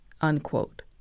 unquote